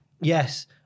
Yes